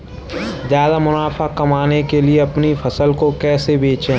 ज्यादा मुनाफा कमाने के लिए अपनी फसल को कैसे बेचें?